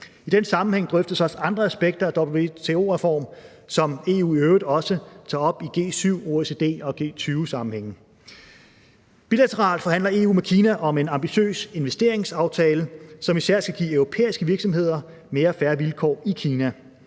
I den sammenhæng drøftes også andre aspekter af en WTO-reform, som EU i øvrigt også tager op i G7, OECD og G20-sammenhænge. Bilateralt forhandler EU med Kina om en ambitiøs investeringsaftale, som især skal give europæiske virksomheder mere fair vilkår i Kina.